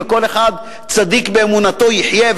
וכל אחד צדיק באמונתו יחיה,